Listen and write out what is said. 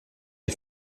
les